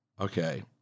Okay